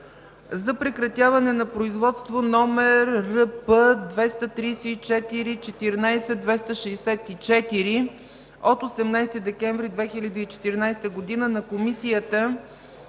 за прекратяване на производство № ЗП-234-14-264 от 18 декември 2014 г. на Комисията